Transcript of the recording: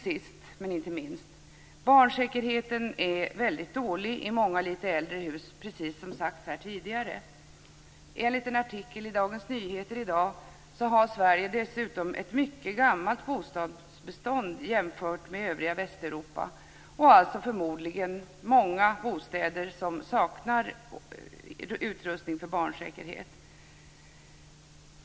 Sist men inte minst: Barnsäkerheten är väldigt dålig i många lite äldre hus, precis som sagts här tidigare. Enligt en artikel i Dagens Nyheter i dag har Sverige dessutom ett mycket gammalt bostadsbestånd jämfört med övriga Västeuropa och alltså förmodligen många bostäder som saknar utrustning för barnsäkerhet.